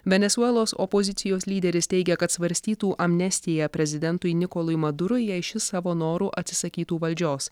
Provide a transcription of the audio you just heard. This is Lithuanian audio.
venesuelos opozicijos lyderis teigia kad svarstytų amnestiją prezidentui nikolui madurui jei šis savo noru atsisakytų valdžios